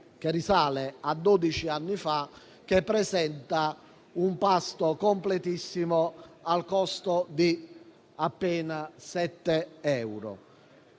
che risale a dodici anni fa, che presenta un pasto completissimo al costo di appena 7 euro.